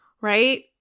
right